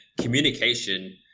communication –